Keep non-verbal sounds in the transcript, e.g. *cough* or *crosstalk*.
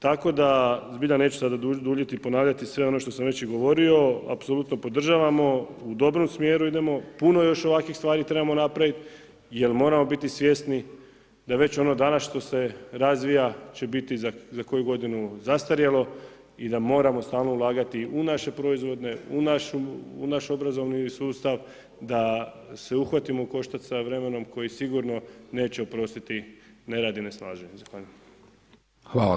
Tako da, zbilja neću sada duljiti i ponavljati sve ono što sam već i govorio, apsolutno podržavamo, u dobrom smjeru idemo puno još ovakvih stvari trebamo napraviti, jer moramo biti svjesni da već ono danas što se razvija, će biti za koju godinu zastarjelo i da moramo stalno ulagati u naše proizvode, u naš obrazovni sustav, da se uhvatimo u koštac sa vremenom koji sigurno neće oprostiti nerad i … *unintelligible* Zahvaljujem.